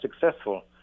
successful